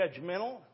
judgmental